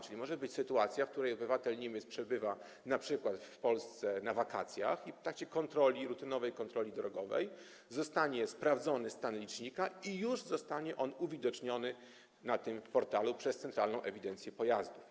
Czyli może być sytuacja, w której obywatel Niemiec przebywa np. w Polsce na wakacjach, w trakcie rutynowej kontroli drogowej zostanie sprawdzony stan licznika i już zostanie on uwidoczniony na tym portalu przez centralną ewidencję pojazdów.